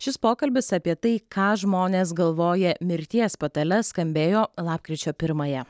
šis pokalbis apie tai ką žmonės galvoja mirties patale skambėjo lapkričio pirmąją